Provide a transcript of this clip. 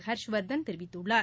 ஹர்ஷ்வர்தன் தெரிவித்துள்ளார்